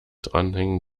dranhängen